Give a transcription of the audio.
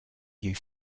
youth